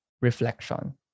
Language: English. reflection